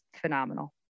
phenomenal